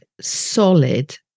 solid